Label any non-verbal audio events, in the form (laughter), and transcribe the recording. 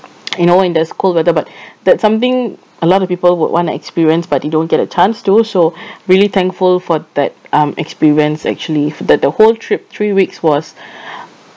you know in this cold weather but (breath) that's something a lot of people would want to experience but you don't get a chance to so (breath) really thankful for that um experience actually the the whole trip three weeks was (breath)